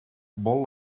vol